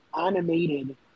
animated